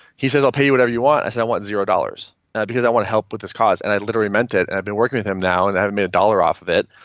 he says, i'll pay you whatever you want. i said, i want zero dollars because i want to help with this cause. and i literally meant it and i've been working with him now and i haven't made a dollar off of it.